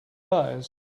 layers